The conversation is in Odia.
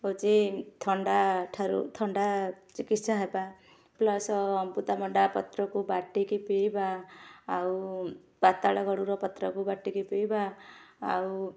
ହଉଛି ଥଣ୍ଡା ଠାରୁ ଥଣ୍ଡା ଚିକିତ୍ସା ହେବା ପ୍ଲସ ଅମୃତଭଣ୍ଡା ପତ୍ରକୁ ବାଟିକି ପିଇବା ଆଉ ପାତାଳଗରୁଡ଼ ପତ୍ରକୁ ବାଟିକି ପିଇବା ଆଉ